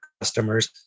customers